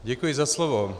Děkuji za slovo.